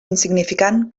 insignificant